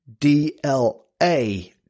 DLA